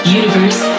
universe